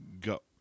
Go